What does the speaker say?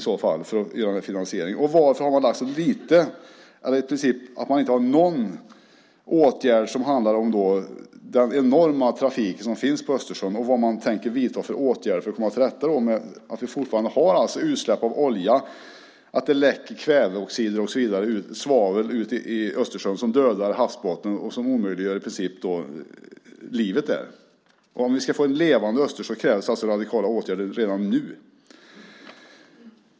Varför föreslår man i princip inga åtgärder som har att göra med den enorma trafiken på Östersjön och hur man ska komma till rätta med utsläpp av olja och läckage av kväve och svavel som dödar havsbottnen och omöjliggör livet där? För att vi ska få en levande östersjö krävs radikala åtgärder redan nu.